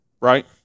right